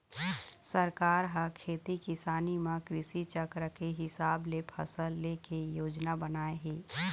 सरकार ह खेती किसानी म कृषि चक्र के हिसाब ले फसल ले के योजना बनाए हे